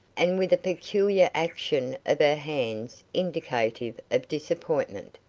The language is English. and with a peculiar action of her hands indicative of disappointment,